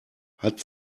hat